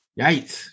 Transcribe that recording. yikes